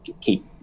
keep